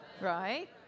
Right